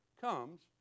comes